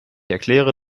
erkläre